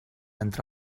entre